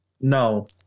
No